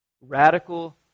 radical